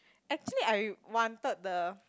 actually I wanted the